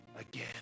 again